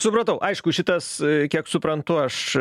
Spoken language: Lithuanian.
supratau aišku šitas kiek suprantu aš